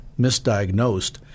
misdiagnosed